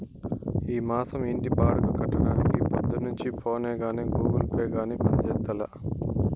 ఈ మాసం ఇంటి బాడుగ కట్టడానికి పొద్దున్నుంచి ఫోనే గానీ, గూగుల్ పే గానీ పంజేసిందేలా